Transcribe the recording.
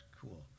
cool